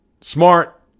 Smart